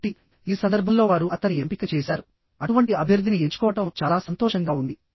కాబట్టిఈ సందర్భంలో వారు అతన్ని ఎంపిక చేశారుఅటువంటి అభ్యర్థిని ఎంచుకోవడం చాలా సంతోషంగా ఉంది